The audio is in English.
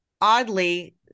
oddly